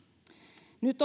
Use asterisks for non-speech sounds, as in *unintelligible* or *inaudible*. nyt *unintelligible*